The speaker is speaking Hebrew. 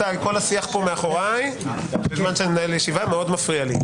כל השיח פה מאחוריי בזמן שאני מנהל ישיבה מאוד מפריע לי.